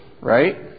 right